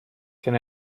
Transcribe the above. can